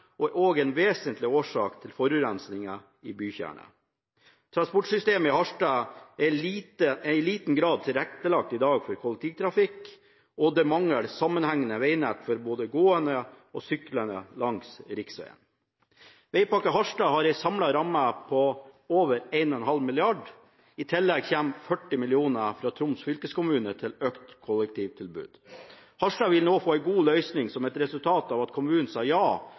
og er også en vesentlig årsak til forurensningen i bykjernen. Transportsystemet i Harstad er i dag i liten grad tilrettelagt for kollektivtrafikk, og det mangler sammenhengende vegnett for både gående og syklende langs riksvegen. Vegpakke Harstad har en samla ramme på over 1,5 mrd. kr. I tillegg kommer 40 mill. kr fra Troms fylkeskommune til økt kollektivtilbud. Harstad vil nå få en god løsning som resultat av at kommunen sa ja